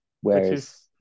Whereas